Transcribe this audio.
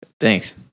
Thanks